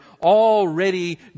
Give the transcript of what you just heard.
already